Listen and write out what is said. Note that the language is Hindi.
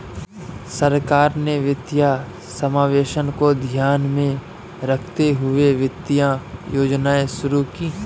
सरकार ने वित्तीय समावेशन को ध्यान में रखते हुए वित्तीय योजनाएं शुरू कीं